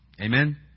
Amen